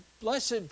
blessed